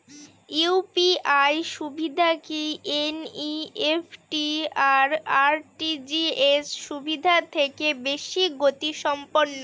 UPI সুবিধা কি NEFT আর আর.টি.জি.এস সুবিধা থেকে বেশি গতিসম্পন্ন?